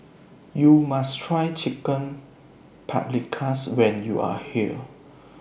YOU must Try Chicken Paprikas when YOU Are here